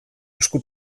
esku